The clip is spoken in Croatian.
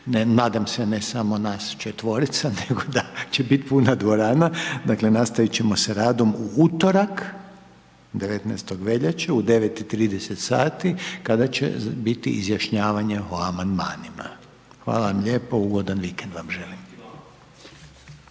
nadam se ne samo nas četvorica, nego da će biti puna dvorana, dakle, nastavit ćemo sa radom u utorak, 19. veljače, u 9,30 sati kada će biti izjašnjavanje o amandmanima. Hvala vam lijepo, ugodan vikend vam želim.